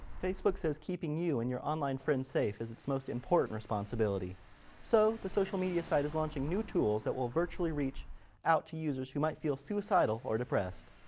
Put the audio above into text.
facebook says keeping you and your online friends safe is its most important responsibility so the social media site is launching new tools that will virtually reach out to users who might feel suicidal or depressed.